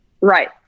Right